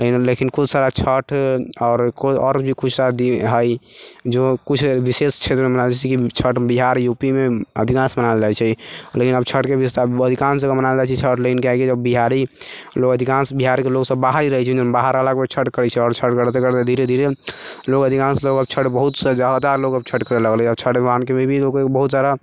लेकिन किछु सारा छठि आओर कोइ आओर भी किछु सारा हइ जो किछु विशेष क्षेत्रमे मनाइल जाइ छै जैसे छठि बिहार यू पी मे अधिकांश मनायल जाइ छै लेकिन आब छठिके विस्तार अधिकांश जगह मनायल जाइ छै छठि लेकिन कियाकि बिहारी लोक अधिकांश बिहारके लोक बाहर ही रहै छै बाहर रहलाके ओ छठि करै छै आओर छठि करिते करिते ओ धीरे धीरे लोक अधिकांश लोक आब छठि बहुतसँ ज्यादा लोक आब छठि करय लगलै आओर छठि भगवानके भी बहुत सारा